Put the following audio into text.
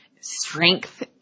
strength